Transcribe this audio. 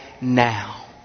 now